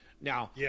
Now